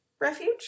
Refuge